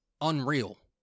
unreal